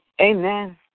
Amen